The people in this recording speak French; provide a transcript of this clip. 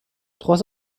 trois